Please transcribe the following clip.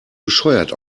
bescheuert